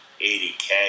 80K